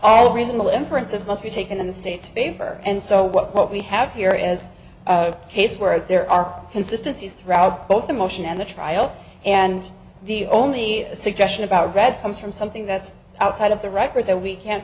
all reasonable inferences must be taken in the state's favor and so what we have here is a case where there are consistencies throughout both the motion and the trial and the only suggestion about read comes from something that's outside of the record that we can't